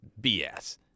BS